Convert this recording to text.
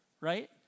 Right